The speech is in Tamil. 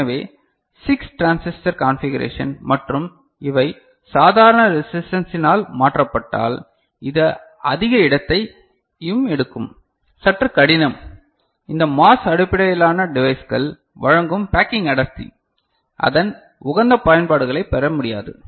எனவே 6 டிரான்சிஸ்டர் கான்பிகரேஷன் மற்றும் இவை சாதாரண ரெஸிஸ்டன்ஸினால் மாற்றப்பட்டால் இது அதிக இடத்தையும் எடுக்கும் சற்று கடினம் இந்த MOS அடிப்படையிலான டிவைஸ்கள் வழங்கும் பேக்கிங் அடர்த்தி அதன் உகந்த பயன்பாடுகளைப் பெற முடியாது